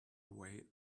away